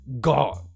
god